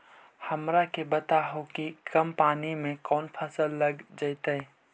हमरा के बताहु कि कम पानी में कौन फसल लग जैतइ?